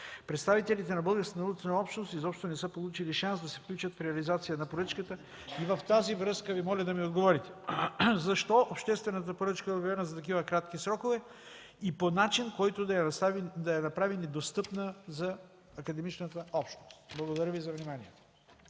Представителите на българската научна общност изобщо не са получили шанс да се включат в реализация на поръчката. В тази връзка Ви моля да ми отговорите защо обществената поръчка е обявена за такива кратки срокове и по начин, който да я направи недостъпна за академичната общност? Благодаря Ви за вниманието.